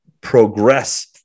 progress